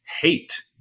hate